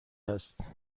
هست